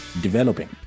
developing